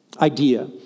idea